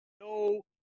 No